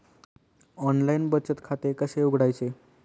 Online बचत खाते कसे उघडायचे?